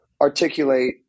articulate